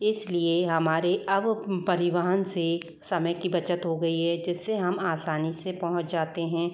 इसीलिए हमारे अब परिवहन से समय की बचत हो गई है जिससे हम आसानी से पहुंच जाते हैं